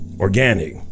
organic